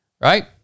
right